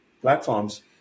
platforms